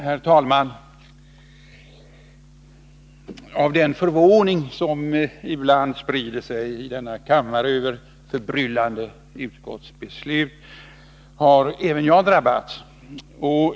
Herr talman! Av den förvåning som ibland sprider sig i denna kammare över förbryllande utskottsbeslut har även jag drabbats.